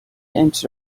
into